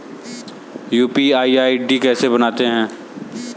UPI ID कैसे बनाते हैं?